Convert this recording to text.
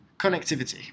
Connectivity